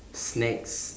snacks